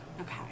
Okay